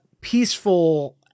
peaceful